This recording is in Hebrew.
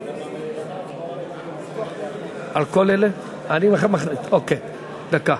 אורלי לוי אבקסיס וגילה גמליאל לסעיף 56(1) לא נתקבלה.